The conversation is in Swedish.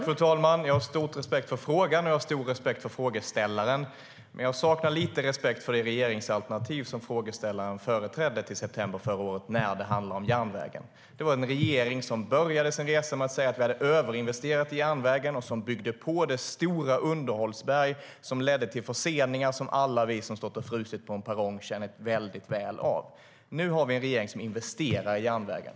Fru talman! Jag har stor respekt för frågan och stor respekt för frågeställaren, men jag saknar lite respekt för det regeringsalternativ som frågeställaren företrädde till september förra året när det handlar om järnvägen. Det var en regering som började sin resa med att säga att det hade överinvesterats i järnvägen och som byggde på det stora underhållsberg som ledde till förseningar, som alla vi som har stått och frusit på en perrong känner väl av. Nu finns en regering som investerar i järnvägen.